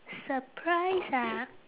surprise ah